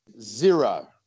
zero